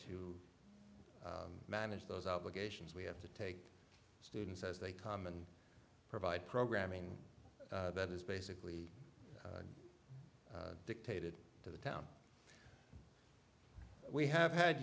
to manage those obligations we have to take students as they come and provide programming that is basically dictated to the town we have had